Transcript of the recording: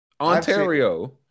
Ontario